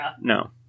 No